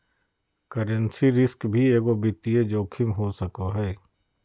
currency risk भी एगो वित्तीय जोखिम हो सको हय